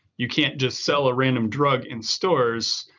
you can't just sell a random drug in stores.